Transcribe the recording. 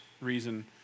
reason